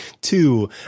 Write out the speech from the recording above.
two